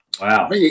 wow